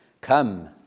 Come